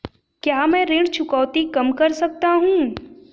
क्या मैं ऋण चुकौती कम कर सकता हूँ?